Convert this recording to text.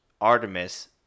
Artemis